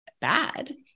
bad